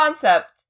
concept